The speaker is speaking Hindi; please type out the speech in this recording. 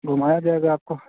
घुमाया जाएगा आपको